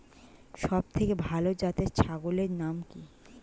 সবথেকে ভালো জাতের ছাগলের নাম কি?